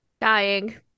Dying